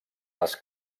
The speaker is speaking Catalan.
les